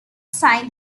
sign